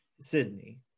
sydney